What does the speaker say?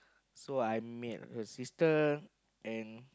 so I met her sister and